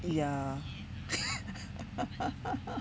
ya